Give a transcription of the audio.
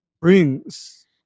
brings